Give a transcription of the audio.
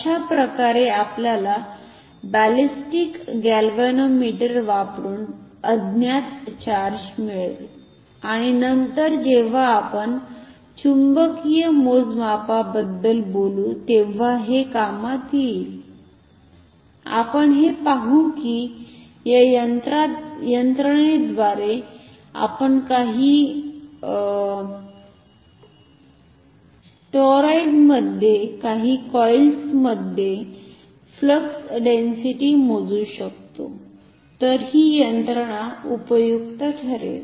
अशा प्रकारे आपल्याला बॅलिस्टिक गॅल्व्हनोमीटर वापरुन अज्ञात चार्ज मिळेल आणि नंतर जेव्हा आपण चुंबकीय मोजमापाबद्दल बोलू तेव्हा हे कामात येईल आपण हे पाहू की या यंत्रणेद्वारे आपण काही टॉरॉईडमध्ये काही कॉइलमध्ये फ्लक्स डेन्सीटी मोजू शकतो तर ही यंत्रणा उपयुक्त ठरेल